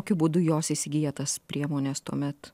tokiu būdu įsigiję tas priemones tuomet